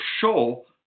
show